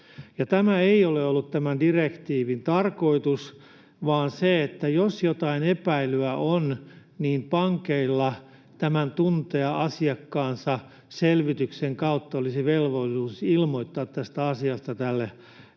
Tämä ei ole ollut tämän direktiivin tarkoitus, vaan se, että jos jotain epäilyä on, niin pankeilla tämän ”tuntea asiakkaansa” -selvityksen kautta olisi velvollisuus ilmoittaa tästä asiasta tälle ryhmälle,